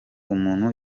umuntu